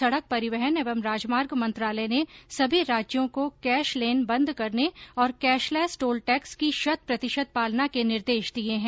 सड़क परिवहन एवं राजमार्ग मंत्रालय ने सभी राज्यों को कैश लेन बंद करने और कैशलैस टोल टैक्स की शत प्रतिशत पालना के निर्देश दिये हैं